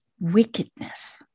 wickedness